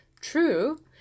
true